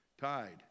tied